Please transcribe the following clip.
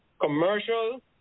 Commercial